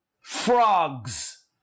frogs